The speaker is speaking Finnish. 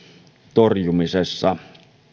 torjumisessa